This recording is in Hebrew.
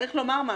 וצריך לומר משהו,